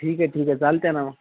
ठीक आहे ठीक आहे चालते ना मग